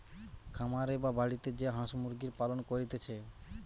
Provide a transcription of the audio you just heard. খামারে বা বাড়িতে যে হাঁস মুরগির পালন করতিছে